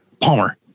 Palmer